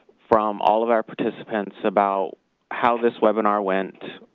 from all of our participants about how this webinar went,